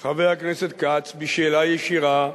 חבר הכנסת כץ, בשאלה ישירה,